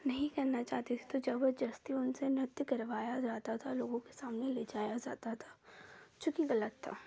नहीं करना चाहती थी तो जबरजस्ती उनसे नृत्य करवाया जाता था लोगों के सामने ले जाया जाता था जो कि गलत था